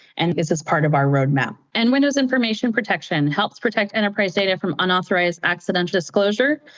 and this is part of our road-map. and windows information protection helps protect enterprise data from unauthorized accidental disclosure.